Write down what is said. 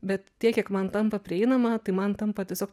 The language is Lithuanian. bet tiek kiek man tampa prieinama tai man tampa tiesiog